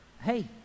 Hey